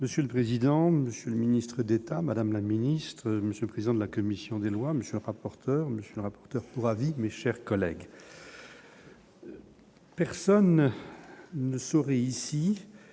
Monsieur le président, Monsieur le ministre d'État, Madame la Ministre, Monsieur le président de la commission des lois Monsieur rapporteur monsieur rapporteur pour avis mais chers collègues. Personne ne saurait ici